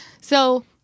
So-